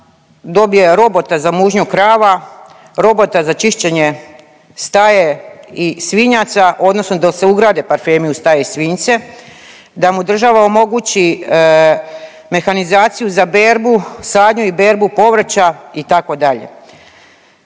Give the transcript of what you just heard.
dobije robote za mužnju krava, robota za čišćenje staje i svinjaca, odnosno da se ugrade parfemi u staje i svinjce, da mu država omogući mehanizaciju za berbu, sadnju i berbu povrća, itd.